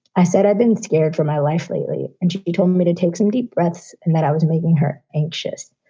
i said i've been scared for my life lately, and she told me to take some deep breaths and that i was making her anxious.